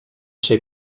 ser